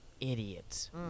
idiots